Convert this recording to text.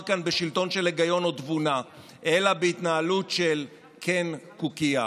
כאן בשלטון של היגיון או תבונה אלא בהתנהלות של קן קוקייה.